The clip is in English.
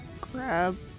grab